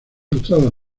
ilustrada